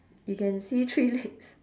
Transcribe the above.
you can see three legs